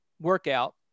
workout